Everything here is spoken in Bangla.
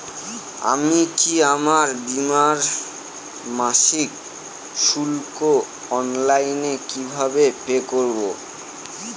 আমি কি আমার বীমার মাসিক শুল্ক অনলাইনে কিভাবে পে করব?